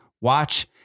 watch